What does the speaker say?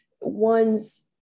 one's